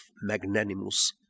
magnanimous